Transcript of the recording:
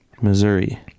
Missouri